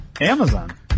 Amazon